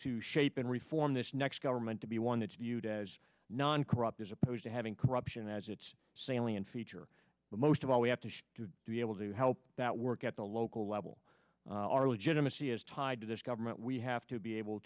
to shape and reform this next government to be one that's viewed as non corrupt as opposed to having corruption as its salient feature the most of all we have to do to be able to help that work at the local level our legitimacy is tied to this government we have to be able